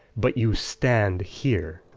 but you stand here.